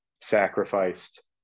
sacrificed